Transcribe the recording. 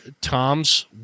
Tom's